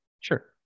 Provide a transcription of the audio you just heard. Sure